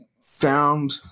found